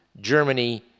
Germany